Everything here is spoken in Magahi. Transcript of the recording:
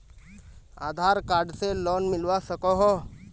आधार कार्ड से की लोन मिलवा सकोहो?